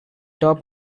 top